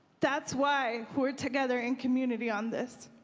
that's why we're together in community on this.